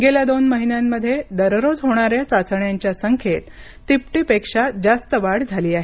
गेल्या दोन महिन्यांमध्ये दररोज होणाऱ्या चाचण्यांच्या संख्येत तिपटीपेक्षा जास्त वाढ झाली आहे